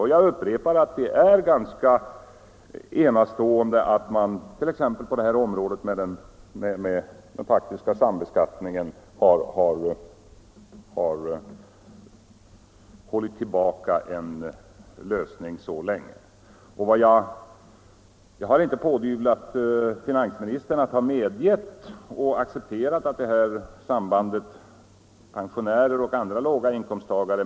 Och jag upprepar att det är ganska enastående att man t.ex. på det här området, som gäller den faktiska sambeskattningen, har hållit tillbaka en lösning så länge som man har gjort. Sedan har jag inte pådyvlat finansministern att han medgett och accepterat sambandet mellan pensionärerna och andra låginkomsttagare.